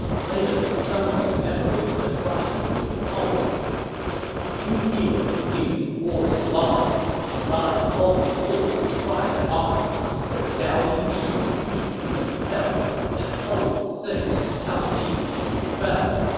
later, someone commemorated the triumph with a poem two heroes new to war's alarms ride boldly forth to try their arms their doughty deeds three kingdoms tell and poets sing how these befell